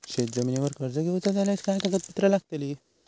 शेत जमिनीवर कर्ज घेऊचा झाल्यास काय कागदपत्र लागतली?